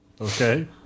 Okay